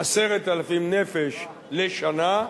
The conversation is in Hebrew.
ל-10,000 נפש בשנה,